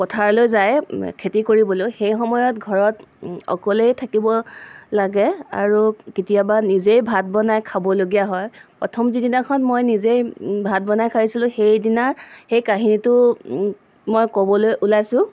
পথাৰলৈ যায় খেতি কৰিবলৈ সেই সময়ত ঘৰত অকলেই থাকিব লাগে আৰু কেতিয়াবা নিজেই ভাত বনাই খাবলগীয়া হয় প্ৰথম যিদিনাখন মই নিজেই ভাত বনাই খাইছিলোঁ সেইদিনা সেই কাহিনীটো মই ক'বলৈ ওলাইছোঁ